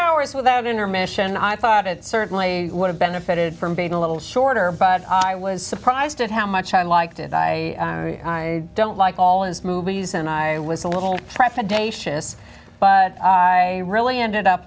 hours without intermission i thought it certainly would have benefited from being a little shorter but i was surprised at how much i liked it i don't like all his movies and i was a little president but i really ended up